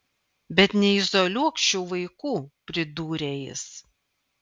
bet neizoliuok šių vaikų pridūrė jis